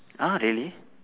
uh really